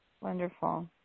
wonderful